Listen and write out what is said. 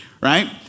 right